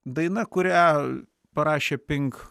daina kurią parašė pink